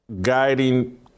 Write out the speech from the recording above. guiding